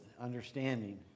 understanding